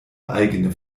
eigene